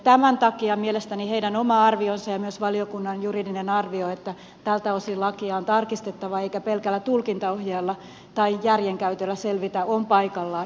tämän takia mielestäni heidän oma arvionsa ja myös valiokunnan juridinen arvio että tältä osin lakia on tarkistettava eikä pelkällä tulkintaohjeella tai järjenkäytöllä selvitä on paikallaan